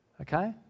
Okay